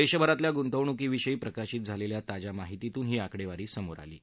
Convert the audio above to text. देशभरातल्या गुंतवणुकिविषयी प्रकाशित झालेल्या ताज्या माहितीतून ही आकडेवारी समोर आली आहे